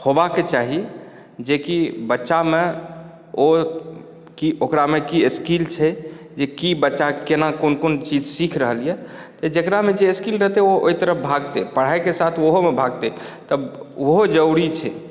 होबाके चाही जे कि बच्चामे ओ कि ओकरामे की स्किल छै जे कि बच्चा केना कोन कोन चीज सीख रहल यऽ तऽ जेकरामे जे स्किल रहतै ओ ओहि तरफ भागतै पढाइके साथ ओहोमे भागतै तऽ ओहो जरुरी छै